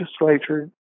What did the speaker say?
legislature